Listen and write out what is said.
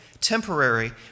temporary